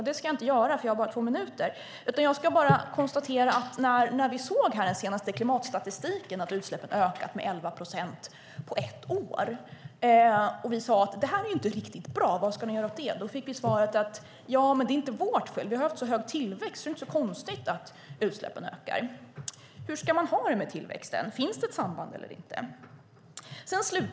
Det ska jag dock inte göra, för jag har bara två minuter. Men i den senaste klimatstatistiken såg vi att utsläppen ökat med 11 procent på ett år. Vi sade att det inte var riktigt bra och undrade vad ni skulle göra åt det. Vi fick svaret: Det är inte vårt fel. Vi har haft så hög tillväxt, så det är inte konstigt att utsläppen ökar. Hur ska man ha det med tillväxten? Finns det ett samband eller inte?